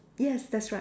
yes that's right